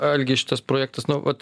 algi šitas projektas nu vat